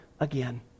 Again